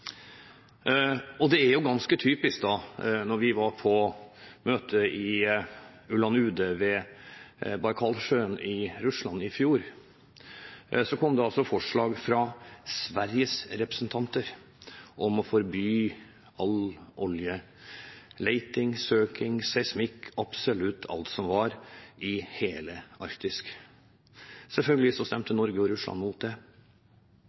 Og det er ganske typisk: Da vi var på møte i Ulan-Ude ved Bajkalsjøen i Russland i fjor, kom det forslag fra Sveriges representanter om å forby all oljeleting, søking og seismikk – absolutt alt som var – i hele Arktis. Selvfølgelig stemte Norge og Russland mot det.